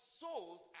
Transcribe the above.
souls